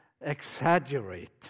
exaggerate